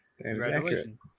congratulations